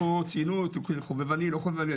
פה ציינו חובבני לא חובבני,